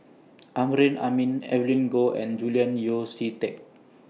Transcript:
Amrin Amin Evelyn Goh and Julian Yeo See Teck